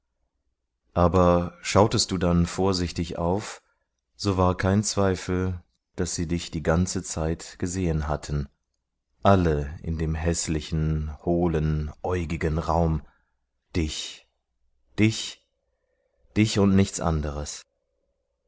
aber schautest du dann vorsichtig auf so war kein zweifel daß sie dich die ganze zeit gesehen hatten alle in dem häßlichen hohlen äugigen raum dich dich dich und nichts anderes